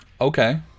Okay